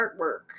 artwork